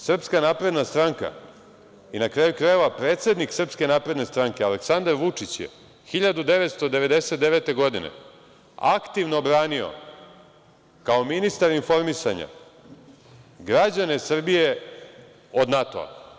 Srpska napredna stranka i na kraju krajeva predsednik SNS Aleksandar Vučić je 1999. godine aktivno branio, kao ministar informisanja građane Srbije od NATO.